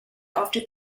after